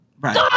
Right